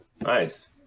Nice